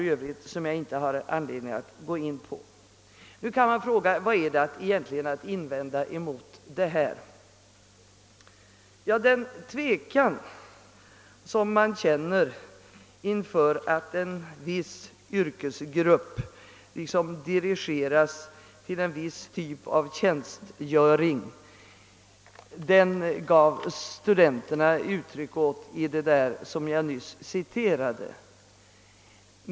Då kan man fråga vad som egentligen kan invändas mot förslaget. Ja, den tvekan man känner inför att en viss yrkesgrupp dirigeras till en viss typ av tjänstgöring gav studenterna uttryck åt i det som jag här nyss citerade.